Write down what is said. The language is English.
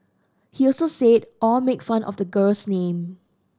he also said Au made fun of the girl's name